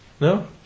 No